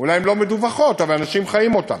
אולי הן לא מדווחות אבל אנשים חיים אותן,